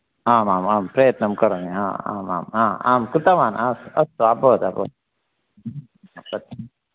आम् आम् आम् प्रयत्नं करोमि आम् आम् आम् कृतवान् अस्तु अस्तु अभवत् अभवत् सत्यम्